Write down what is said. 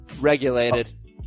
Regulated